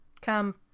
come